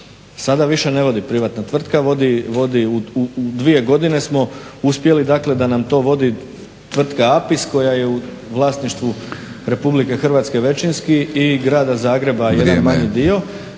Sada više ne vodi privatna tvrtka, vodi, u dvije godine smo uspjeli dakle da nam to vodi tvrtka APIS koja je u vlasništvu Republike Hrvatske, većinski i Grada Zagreba jedan manji dio.